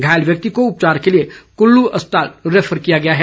घायल व्यक्ति को उपचार के लिए कुल्लू अस्पताल रैफर किया गया है